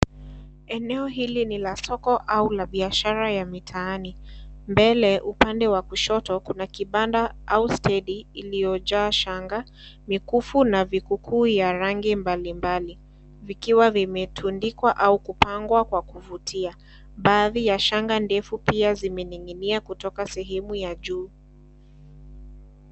Eneo hili ni la soko au la biashara ya mitaani .Mbele upande wa kushoto kuna kibanda au stedi iliyojaa shanga, mikufu na vikukuu ya rangi mbalimbali vikiwa vimetundikwa au kupangwa kwa kuvutia. Baadhi ya shanga ndefu pia zimening'inia kutoka sehemu ya juu.